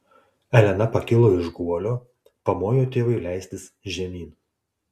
elena pakilo iš guolio pamojo tėvui leistis žemyn